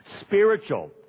spiritual